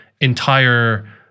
entire